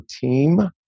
team